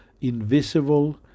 invisible